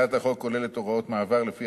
הצעת החוק כוללת הוראת מעבר שלפיה